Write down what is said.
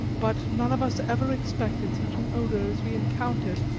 but none of us ever expected such an odour as we encountered.